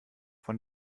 von